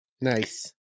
Nice